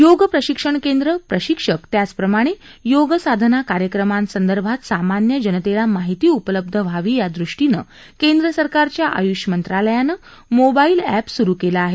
योग प्रशिक्षणकेंद्र प्रशिक्षक त्याचप्रमाणे योग साधना कार्यक्रमांसंदर्भात सामान्य जनतेला माहिती उपलब्ध व्हावी या दृष्टीनं केंद्र सरकारच्या आयुष मंत्रालयानं मोबाईल ऍप सुरु केलं आहे